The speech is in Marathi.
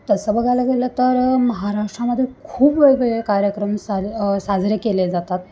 तसं बघायला गेलं तर महाराष्ट्रामध्ये खूप वेगवेगळे कार्यक्रम साज साजरे केले जातात